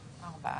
חמישה.